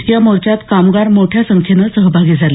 या मोर्चात कामगार मोठ्या संख्येनं सहभागी झाले